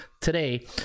today